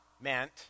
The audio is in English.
meant